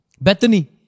Bethany